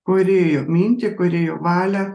kūrėjo mintį kūrėjo valią